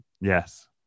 Yes